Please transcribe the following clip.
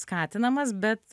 skatinamas bet